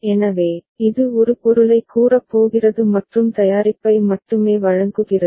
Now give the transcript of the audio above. எனவே இது ஒரு பொருளைக் கூறப் போகிறது மற்றும் தயாரிப்பை மட்டுமே வழங்குகிறது